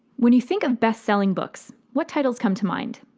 when you think of bestselling books, what titles come to mind?